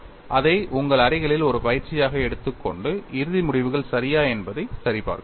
அதை உங்கள் அறைகளில் ஒரு பயிற்சியாக எடுத்துக்கொண்டு இறுதி முடிவுகள் சரியா என்பதை சரிபார்க்கலாம்